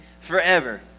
forever